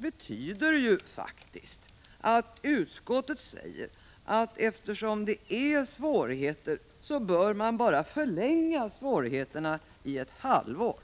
betyder faktiskt att utskottet säger, att eftersom det är svårigheter bör dessa förlängas bara ett halvår.